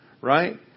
right